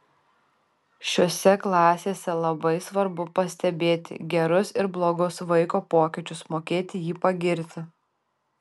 šiose klasėse labai svarbu pastebėti gerus ir blogus vaiko pokyčius mokėt jį pagirti